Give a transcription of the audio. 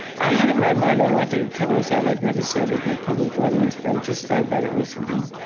i had in my mind i wanted to tell this. i've i've never said it in a public audience, but i just thought about it recently.